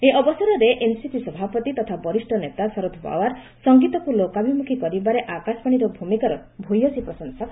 ଏହି ଅବସରରେ ଏନସିପି ସଭାପତି ତଥା ବରିଷ୍ଣ ନେତା ଶରଦ ପାୱାର ସଙ୍ଗୀତକୁ ଲୋକାଭିମୁଖି କରିବାରେ ଆକାଶବାଣୀର ଭୂମିକାର ଭୂୟସୀ ପ୍ରଶଂସା କରିଛନ୍ତି